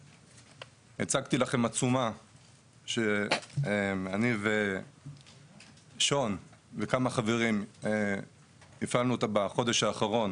הצגתי לכם עצומה שאני ושון וכמה חברים הפעלנו אותה בחודש האחרון